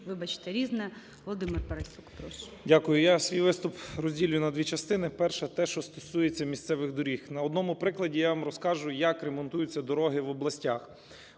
Парасюк, прошу. 14:02:53 ПАРАСЮК В.З. Дякую. Я свій виступ розділю на дві частини. Перша – те, що стосується місцевих доріг. На одному прикладі я вам розкажу, як ремонтуються дороги в областях.